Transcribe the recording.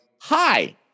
Hi